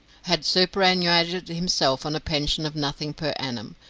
had superannuated himself on a pension of nothing per annum,